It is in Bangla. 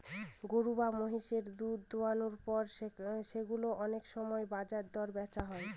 গরু বা মহিষের দুধ দোহানোর পর সেগুলো অনেক সময় বাজার দরে বেচা হয়